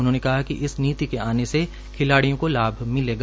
उन्होंने कहा कि इस नीति के आने से खिलाड़ियों को लाभ मिलेगा